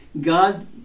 God